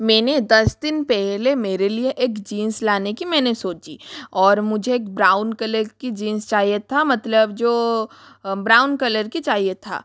मैंने दस दिन पहले मेरे लिए एक जीन्स लाने की मैंने सोची और मुझे एक ब्राउन कलर की जीन्स चाहिए था मतलब जो ब्राउन कलर की चाहिए था